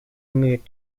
mood